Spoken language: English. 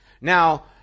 Now